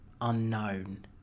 unknown